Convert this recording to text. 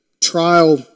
trial